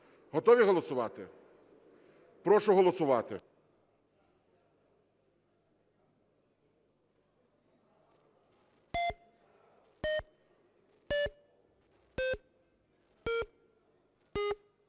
Готові голосувати? Прошу голосувати.